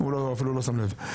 הוא אפילו לא שם לב.